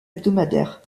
hebdomadaire